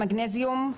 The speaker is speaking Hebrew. מגנזיום,